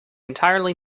entirely